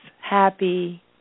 happy